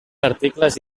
articles